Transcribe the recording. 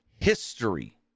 history